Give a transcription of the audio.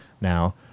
now